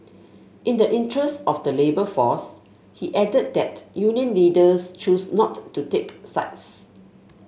in the interest of the labour force he added that union leaders choose not to take sides